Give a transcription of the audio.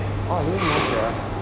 oh even I didn't know sia